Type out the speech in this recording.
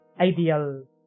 ideal